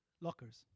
lockers